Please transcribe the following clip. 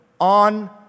on